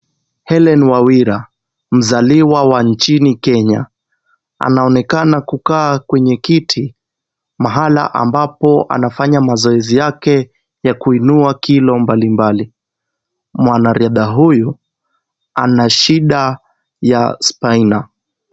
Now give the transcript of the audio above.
Helen Wawira, mzaliwa wa nchini Kenya. Anaonekana kukaa kwenye kiti, mahala ambapo anafanya mazoezi yake ya kuinua kilo mbali mbali. Mwanariadha huyu ana shida ya Spina.